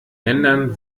ländern